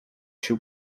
się